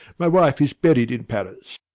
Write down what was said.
my wife is buried in paris.